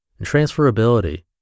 transferability